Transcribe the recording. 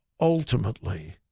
ultimately